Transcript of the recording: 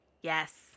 Yes